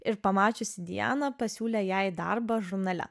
ir pamačiusi dianą pasiūlė jai darbą žurnale